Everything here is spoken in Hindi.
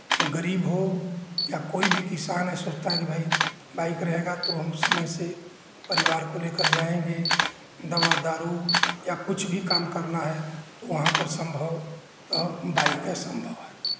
या गरीब हो या कोई भी किसान यह सोचता है कि भाई बाइक रहेगा तो हम समय से परिवार को लेकर जाएँगे दवा दारू या कुछ भी काम करना है तो वहाँ पर संभव तो बाइकै संभव है